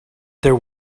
there